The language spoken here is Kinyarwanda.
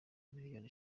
miliyoni